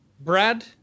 Brad